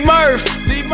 Murph